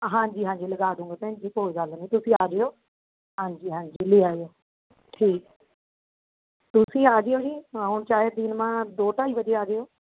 ਹਾਂਜੀ ਹਾਂਜੀ ਲਗਾ ਦੂੰਗੇ ਭੈਣ ਜੀ ਕੋਈ ਗੱਲ ਨਹੀਂ ਤੁਸੀਂ ਆ ਜਿਓ ਹਾਂਜੀ ਹਾਂਜੀ ਲੈ ਆਇਓ ਠੀਕ ਤੁਸੀਂ ਆ ਜਿਓ ਜੀ ਹੁਣ ਚਾਹੇ ਦਿਨ ਮੇ ਦੋ ਢਾਈ ਵਜੇ ਆ ਜਿਓ